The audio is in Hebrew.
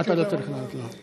אתה לא צריך לענות לו.